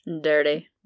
dirty